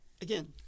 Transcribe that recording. Again